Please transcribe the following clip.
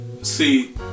See